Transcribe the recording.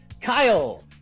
Kyle